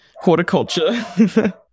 horticulture